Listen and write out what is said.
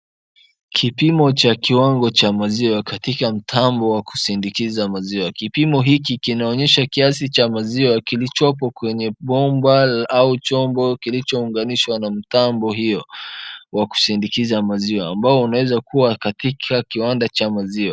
Kipimo cha kiwango cha maziwa katika mtambo wa kusindikiza maziwa. Kipimo hiki kinaonyesha kiasi cha maziwa kilichopo kwenye bomba au chombo kilichounganishwa na mtambo hiyo wa kusindikiza maziwa ambao unaezakuwa katika kiwanda cha maziwa.